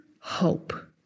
hope